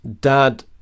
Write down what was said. dad